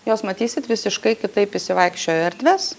jos matysit visiškai kitaip išsivaikščiojo erdvės